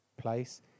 place